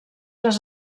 les